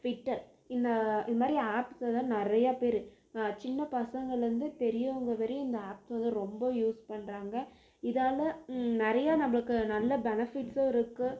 Twitter இந்த இது மாதிரி ஆப்ஸில்தான் நிறையா பேர் சின்ன பசங்கலேருந்து பெரியவங்க வரையும் இந்த ஆப் வந்து ரொம்ப யூஸ் பண்ணுறாங்க இதால் நிறைய நம்மளுக்கு நல்ல பெனஃபிட்ஸ்யும் இருக்குது